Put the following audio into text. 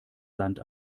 land